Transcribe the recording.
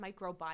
microbiome